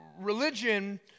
religion